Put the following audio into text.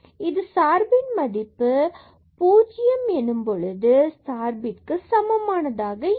xy→00fxyalongxy0≠f00 இது சார்பின் மதிப்பு at 0 சார்புக்கு சமமானதாக இல்லை